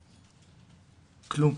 כלום.